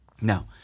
Now